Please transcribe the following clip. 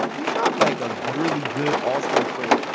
he's not like a grilli good all-star player.